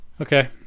Okay